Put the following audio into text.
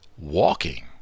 Walking